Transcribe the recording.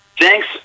Thanks